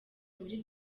muri